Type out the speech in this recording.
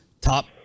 top